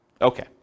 Okay